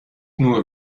nur